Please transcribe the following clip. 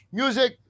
music